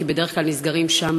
כי בדרך כלל מפעלים נסגרים שם,